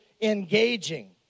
engaging